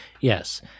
yes